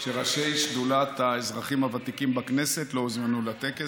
שראשי שדולת האזרחים הוותיקים בכנסת לא הוזמנו לטקס.